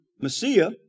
Messiah